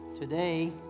Today